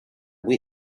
muy